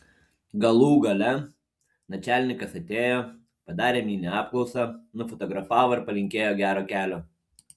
galų gale načialnikas atėjo padarė mini apklausą nufotografavo ir palinkėjo gero kelio